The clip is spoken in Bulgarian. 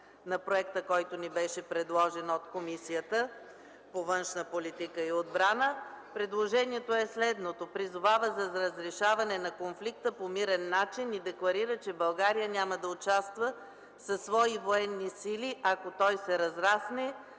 на проекта, който ни беше предложен от Комисията по външна политика и отбрана. Предложението е следното: „Призовава за разрешаване на конфликта по мирен начин и декларира, че България няма да участва със свои военни сили, ако той се разрасне,